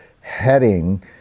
heading